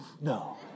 No